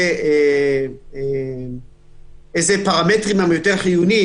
אילו פרמטרים חיוניים יותר,